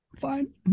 fine